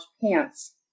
pants